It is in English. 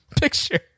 picture